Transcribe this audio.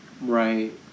right